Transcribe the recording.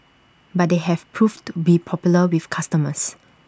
but they have proved to be popular with customers